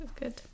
good